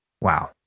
Wow